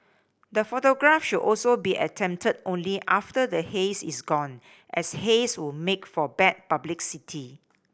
the photograph should also be attempted only after the haze is gone as haze would make for bad publicity